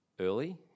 Early